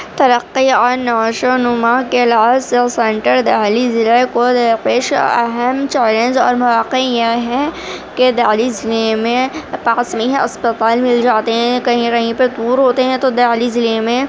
ترقی اور نشو و نما کے علاوہ اور سینٹر دہلی ضلع کو درپیش اہم چیلنج اور مواقع یہ ہیں کہ دہلیز میں پاس میں ہے اسپتال مل جاتے ہیں کہیں کہیں پہ دور ہوتے ہیں تو دہلی ضلعے میں